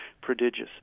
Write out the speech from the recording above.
prodigious